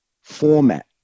format